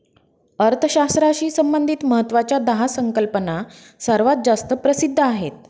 अर्थशास्त्राशी संबंधित महत्वाच्या दहा संकल्पना सर्वात जास्त प्रसिद्ध आहेत